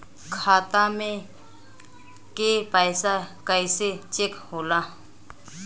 खाता में के पैसा कैसे चेक होला?